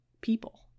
people